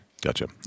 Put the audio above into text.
Gotcha